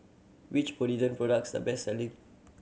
which Polident products the best selling